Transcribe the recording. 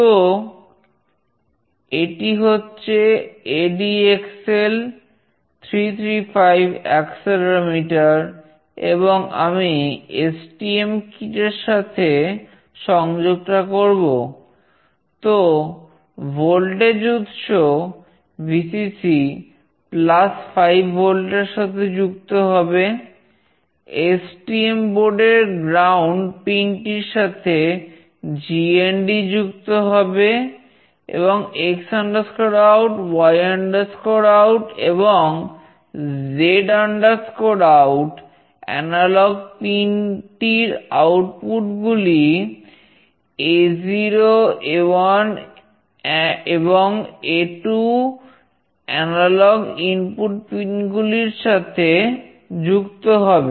তো এটি হচ্ছে ADXL 335 অ্যাক্সেলেরোমিটার পিনগুলির সাথে যুক্ত হবে